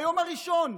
מהיום הראשון,